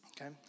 okay